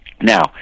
Now